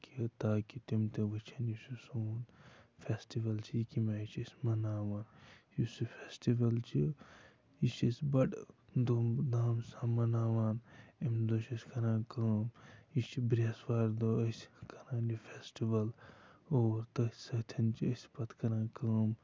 کہِ تاکہِ تِم تہِ وٕچھان یہِ چھِ سون فٮ۪سٹِوَل چھِ یہِ کَمہِ آیہِ چھِ أسۍ مَناوان یُس یہِ فٮ۪سٹِوَل چھِ یہِ چھِ أسۍ بَڑٕ دھوٗم دھام سان مَناوان اَمہِ دۄہ چھِ أسۍ کَران کٲم یہِ چھِ برٛیسوارِ دۄہ أسۍ کَران یہِ فٮ۪سٹِوَل اور تٔتھۍ سۭتۍ چھِ أسۍ پَتہٕ کَران کٲم